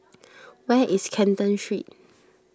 where is Canton Street